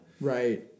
Right